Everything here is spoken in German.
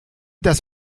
das